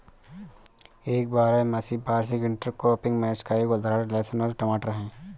एक बारहमासी वार्षिक इंटरक्रॉपिंग मैच का एक उदाहरण लहसुन और टमाटर है